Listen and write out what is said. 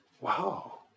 wow